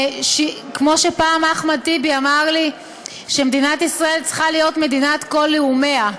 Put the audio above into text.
כמו שפעם אחמד טיבי אמר לי שמדינת ישראל צריכה להיות מדינת כל לאומיה.